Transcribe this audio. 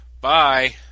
Bye